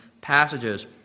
passages